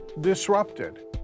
disrupted